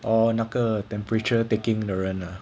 哦那个 temperature taking 的人啊